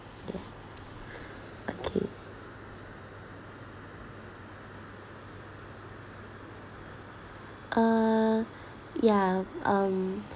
yes okay uh yeah um